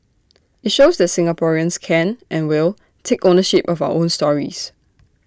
IT shows that Singaporeans can and will take ownership of our own stories